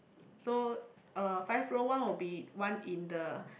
so uh five row one will be one in the